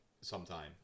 sometime